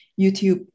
youtube